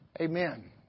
Amen